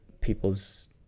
people's